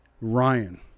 Ryan